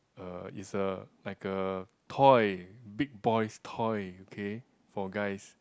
uh is a like a toy big boys toy okay for guys